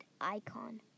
icon